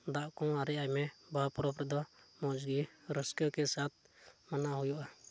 ᱫᱟᱜ ᱠᱚᱦᱚᱸ ᱟᱨᱮᱡ ᱟᱭ ᱢᱮ ᱵᱟᱦᱟ ᱯᱚᱨᱚᱵᱽ ᱨᱮᱫᱚ ᱢᱚᱡᱽ ᱜᱮ ᱨᱟᱹᱥᱠᱟᱹ ᱠᱮ ᱥᱟᱛᱷ ᱢᱟᱱᱟᱣ ᱦᱩᱭᱩᱜᱼᱟ